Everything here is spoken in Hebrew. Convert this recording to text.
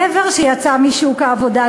גבר שיצא משוק העבודה,